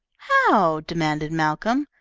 how? demanded malcolm.